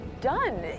done